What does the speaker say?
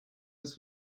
was